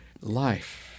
life